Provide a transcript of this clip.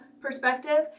perspective